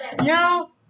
No